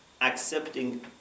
accepting